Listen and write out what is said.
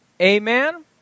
Amen